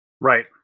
Right